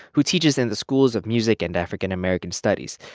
who teaches in the schools of music and african american studies.